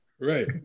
Right